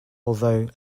although